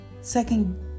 Second